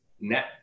net